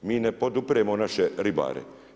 Mi ne podupiremo naše ribare.